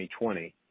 2020